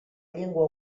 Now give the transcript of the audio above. llengua